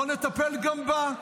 בואו נטפל גם בה.